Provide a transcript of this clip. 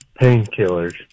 Painkillers